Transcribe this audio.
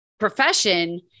profession